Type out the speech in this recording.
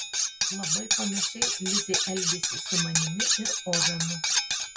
labai panašiai lizė elgėsi su manimi ir ovenu